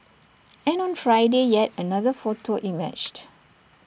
and on Friday yet another photo emerged